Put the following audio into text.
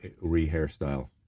re-hairstyle